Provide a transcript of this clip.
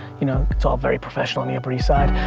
you know, it's all very professional on the upper east side.